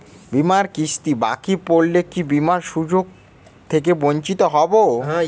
বিমার কিস্তি বাকি পড়লে কি বিমার সুযোগ থেকে বঞ্চিত হবো?